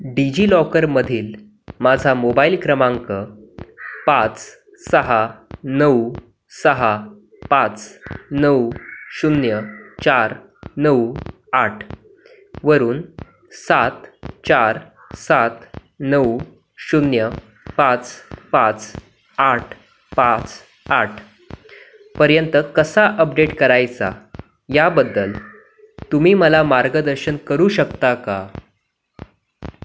डिजिलॉकरमधील माझा मोबाईल क्रमांक पाच सहा नऊ सहा पाच नऊ शून्य चार नऊ आठवरून सात चार सात नऊ शून्य पाच पाच आठ पाच आठपर्यंत कसा अपडेट करायचा याबद्दल तुम्ही मला मार्गदर्शन करू शकता का